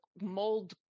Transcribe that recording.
mold